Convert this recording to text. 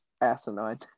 asinine